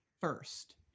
first